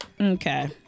Okay